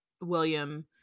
william